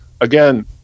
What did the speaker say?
Again